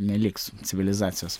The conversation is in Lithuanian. neliks civilizacijos